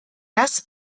das